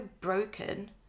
broken